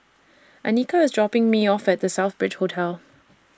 Annika IS dropping Me off At The Southbridge Hotel